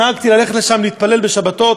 נהגתי ללכת לשם להתפלל בשבתות.